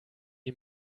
die